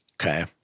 Okay